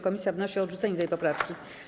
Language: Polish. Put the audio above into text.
Komisja wnosi o odrzucenie tej poprawki.